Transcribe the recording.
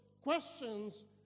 questions